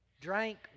drank